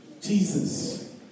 Jesus